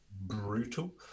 brutal